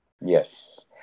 Yes